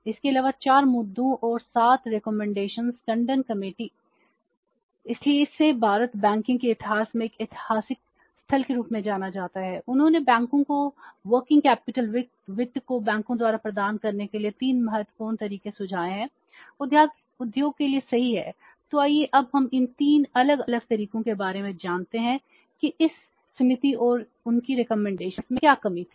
इसके अलावा 4 मुद्दों और 7 सिफारिश में क्या कमी थी